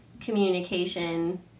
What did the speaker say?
communication